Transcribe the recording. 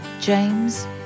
James